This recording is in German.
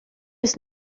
ist